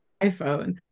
iPhone